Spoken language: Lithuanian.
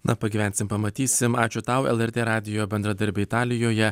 na pagyvensim pamatysim ačiū tau lrt radijo bendradarbė italijoje